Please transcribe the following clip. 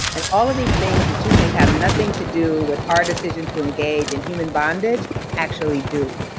and all of these things that you think have nothing to do with our decision to engage in human bondage actually do.